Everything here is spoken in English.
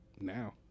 now